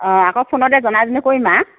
অ আকৌ ফোনতে জনাই পেলাই কৰিম আৰু